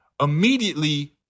Immediately